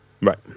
Right